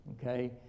Okay